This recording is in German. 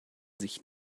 sich